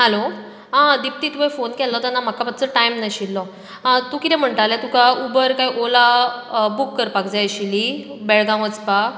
hello आं दिप्ती तुवें phone केल्लो तेन्ना म्हाका मात्सो टायम नाशिल्लो आं कितें म्हणटाले की तुका उबर काय ओला बूक करपाक जाय आशिल्ली बेळगांव वचपाक